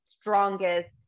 strongest